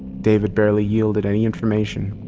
david barely yielded any information.